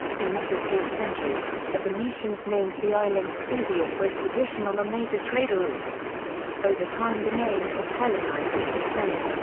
in the fifteenth century, the venetians named the island spezia for its position on a major traderoute over time the name was hellenised to spetsai.